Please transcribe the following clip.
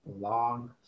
long